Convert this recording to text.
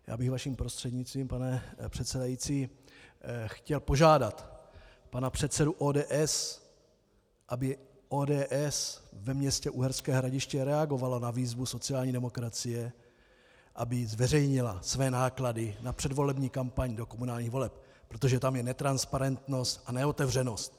Já bych vaším prostřednictvím, pane předsedající, chtěl požádat pana předsedu ODS, aby ODS ve městě Uherské Hradiště reagovala na výzvu sociální demokracie, aby zveřejnila své náklady na předvolební kampaň do komunálních voleb, protože tam je netransparentnost a neotevřenost.